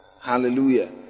Hallelujah